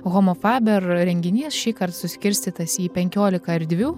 homofaber renginys šįkart suskirstytas į penkiolika erdvių